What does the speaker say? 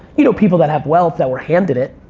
you know people that have wealth that were handed it,